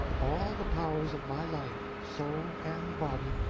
all the powers of my life, soul, and body,